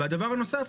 והדבר הנוסף,